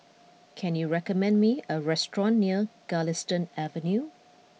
can you recommend me a restaurant near Galistan Avenue